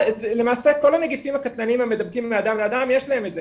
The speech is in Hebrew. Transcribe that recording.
למעשה כל הנגיפים הקטלניים המדבקים מאדם לאדם יש להם את זה.